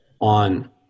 on